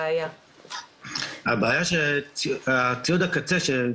לעו"ד יעל שפר,